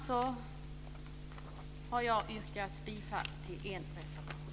Jag har yrkat bifall till en reservation.